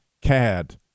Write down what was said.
CAD